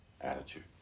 attitude